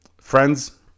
Friends